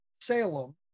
salem